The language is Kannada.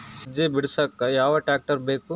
ಸಜ್ಜಿ ಬಿಡಸಕ ಯಾವ್ ಟ್ರ್ಯಾಕ್ಟರ್ ಬೇಕು?